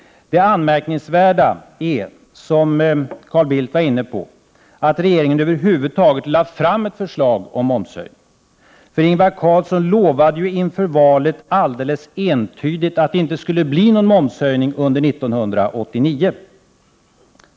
Det anmärkningsvärda är, som Carl Bildt var inne på, att regeringen över huvud taget lade fram ett förslag om momshöjning, för Ingvar Carlsson lovade ju inför valet alldeles entydigt att det inte skulle bli någon momshöjning under 1989.